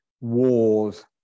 wars